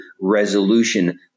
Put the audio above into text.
resolution